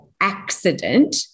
accident